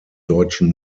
deutschen